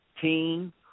team